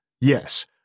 Yes